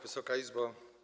Wysoka Izbo!